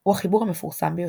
הוא החיבור המפורסם ביותר.